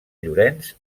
llorenç